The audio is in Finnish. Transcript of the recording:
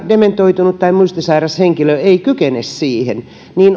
dementoitunut tai muistisairas henkilö ei kykene siihen